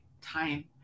time